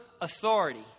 authority